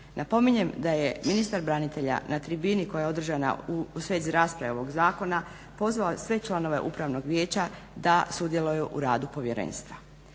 Napominjem da je ministar branitelja na tribini koja je održana u svezi rasprave ovog zakona pozvao sve članove upravnog vijeća da sudjeluju u radu povjerenstva.